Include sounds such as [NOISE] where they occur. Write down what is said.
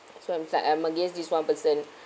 so I'm like I'm against this one person [BREATH]